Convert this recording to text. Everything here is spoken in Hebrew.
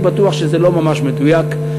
אני בטוח שזה לא ממש מדויק,